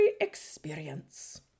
experience